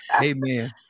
Amen